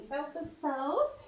episode